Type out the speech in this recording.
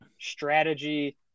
strategy